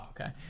okay